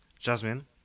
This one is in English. jasmine